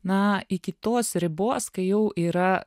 na iki tos ribos kai jau yra